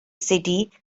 city